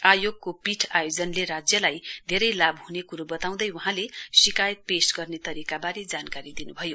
आयोगको पीठ आयोजनले राज्यलाई धेरै लाभ हुने कुरो बताउँदै वहाँले शिकायत पेश गर्ने तरीकाबारे जानकारी दिनुभयो